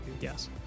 Yes